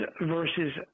versus